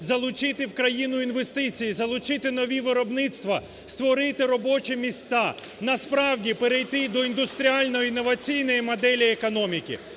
залучити в країну інвестиції, залучити нові виробництва, створити робочі місця, насправді, перейти до індустріальної інноваційної моделі економіки.